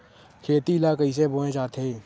खेती ला कइसे बोय जाथे?